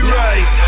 right